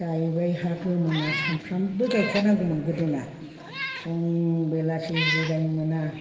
गायबाय हा गोमोना सानफ्रोमबो गायखा नांगौमोन गोदोना फुं बेलासि जिरायनो मोना